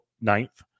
ninth